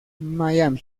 miami